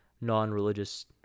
non-religious